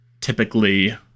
typically